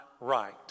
right